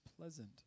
pleasant